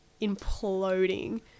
imploding